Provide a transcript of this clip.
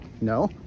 No